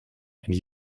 and